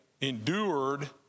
endured